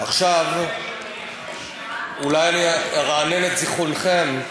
עכשיו, אולי אני ארענן את זיכרונכם,